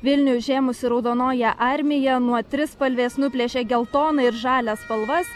vilnių užėmusi raudonoji armija nuo trispalvės nuplėšė geltoną ir žalią spalvas